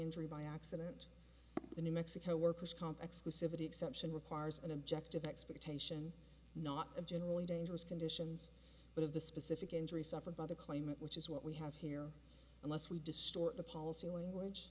injury by accident the new mexico worker's comp exclusivity exception requires an objective expectation not a generally dangerous conditions but of the specific injury suffered by the claimant which is what we have here unless we distort the policy